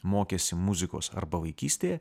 mokęsi muzikos arba vaikystėje